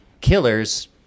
killers